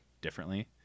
differently